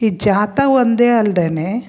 ಈ ಜಾತಾ ಒಂದೇ ಅಲ್ದೆ